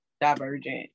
Divergent